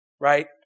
right